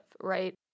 Right